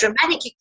dramatic